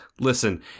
listen